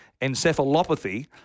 encephalopathy